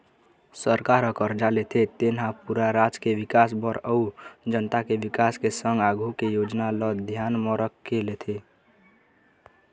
सरकार ह करजा लेथे तेन हा पूरा राज के बिकास बर अउ जनता के बिकास के संग आघु के योजना ल धियान म रखके लेथे